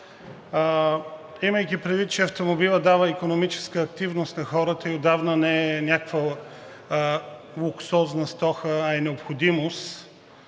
имайки предвид, че автомобилът дава икономическа активност на хората и отдавна не е някаква луксозна стока, а е необходимост.